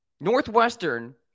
Northwestern